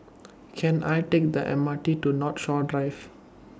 Can I Take The M R T to Northshore Drive